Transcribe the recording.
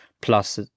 plus